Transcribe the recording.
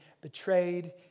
betrayed